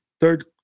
third